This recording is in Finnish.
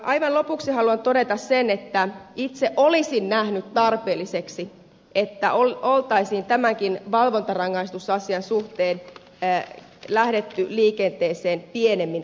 aivan lopuksi haluan todeta sen että itse olisin nähnyt tarpeellisena että olisi tämänkin valvontarangaistusasian suhteen lähdetty liikenteeseen pienemmin askelin